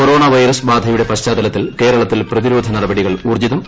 corona virus ബാധയുടെ പശ്ചാത്തലത്തിൽ കേരളത്തിൽ പ്രതിരോധ നടപടികൾ ഊർജ്ജിതം